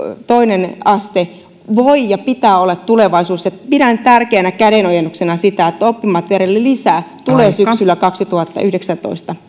toinen aste voi ja sen pitää olla tulevaisuutta pidän tärkeänä kädenojennuksena sitä että oppimateriaalilisä tulee syksyllä kaksituhattayhdeksäntoista